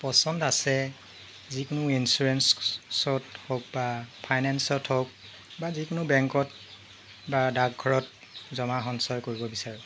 পচন্দ আছে যিকোনো ইঞ্চুৰেঞ্চত হওক বা ফাইনেন্সত হওক বা যিকোনো বেংকত বা ডাকঘৰত জমা সঞ্চয় কৰিব বিচাৰোঁ